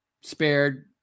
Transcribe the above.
spared